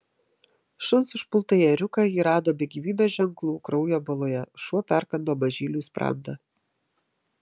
šuns užpultąjį ėriuką ji rado be gyvybės ženklų kraujo baloje šuo perkando mažyliui sprandą